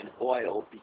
oil